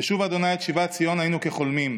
בשוב ה' את שיבת ציון היינו כחֹלמים.